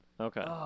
Okay